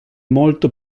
molto